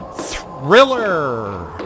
Thriller